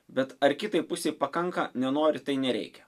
bet ar kitai pusei pakanka nenori tai nereikia